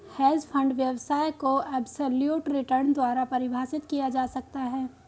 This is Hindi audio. हेज फंड व्यवसाय को एबसोल्यूट रिटर्न द्वारा परिभाषित किया जा सकता है